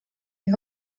die